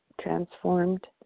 transformed